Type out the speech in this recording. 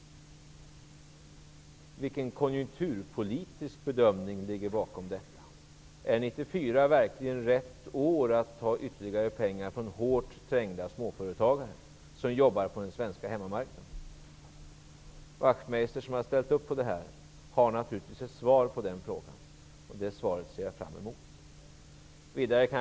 Vilken konjunkturpolitisk bedömning ligger bakom detta.? Är 1994 verkligen rätt år att ta ytterligare pengar från hårt trängda småföretagare som jobbar på den svenska hemmamarknaden? Ian Wachtmeister, som har ställt sig bakom detta, har naturligtvis ett svar på den frågan, och det ser jag fram emot.